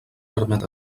permet